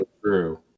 true